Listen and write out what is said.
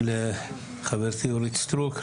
לחברתי אורית סטרוק,